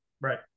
Right